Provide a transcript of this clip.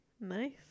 Nice